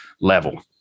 level